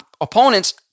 opponent's